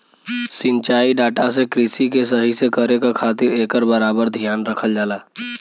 सिंचाई डाटा से कृषि के सही से करे क खातिर एकर बराबर धियान रखल जाला